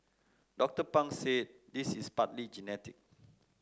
Doctor Pang said this is partly genetic